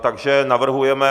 Takže navrhujeme...